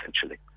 essentially